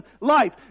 life